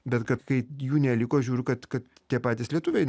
bet kad kai jų neliko žiūriu kad kad tie patys lietuviai